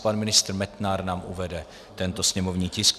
Pan ministr Metnar nám uvede tento sněmovní tisk.